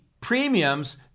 premiums